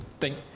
thank